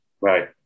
Right